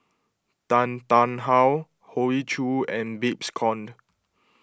Tan Tarn How Hoey Choo and Babes Conde